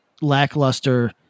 lackluster